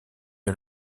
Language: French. une